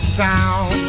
sound